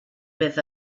with